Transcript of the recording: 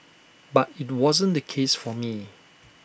but IT wasn't the case for me